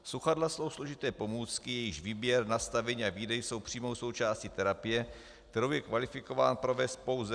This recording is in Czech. Sluchadla jsou složité pomůcky, jejichž výběr, nastavení a výdej jsou přímou součástí terapie, kterou je kvalifikován provést pouze lékař.